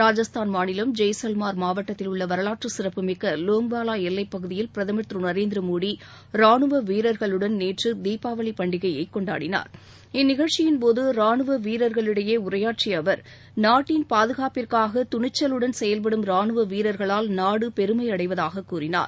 ராஜஸ்தான் மாநிலம் ஜெய்சால்மர் மாவட்டத்தில் உள்ள வரலாற்றுச் சிறப்புமிக்க லோங்வாவா எல்லைப் பகுதியில் பிரதமர் திரு நரேந்திர மோடி ராணுவ வீரர்களுடன் நேற்று தீபாவளி பண்டிகையை கொண்டாடனார் இந்நிகழ்ச்சியின்போது ராணுவ வீரர்களிடையே உரையாற்றிய அவர் நாட்டின் பாதுகாப்பிற்காக தைரியமுடன் செயல்படும் ராணுவ வீரர்களால் நாடு பெருமை அடைவதாக கூறினார்